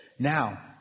Now